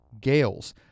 Gales